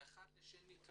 זה קשור אחד בשני,